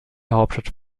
hauptstadt